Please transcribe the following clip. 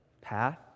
path